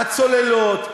הצוללות,